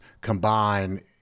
combine